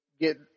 Get